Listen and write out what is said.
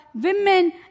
women